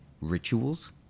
rituals